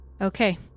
Okay